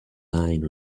line